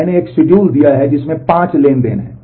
मैंने एक शिड्यूल दी है जिसमें 5 ट्रांज़ैक्शन हैं